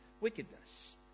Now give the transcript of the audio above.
wickedness